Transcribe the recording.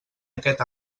aquest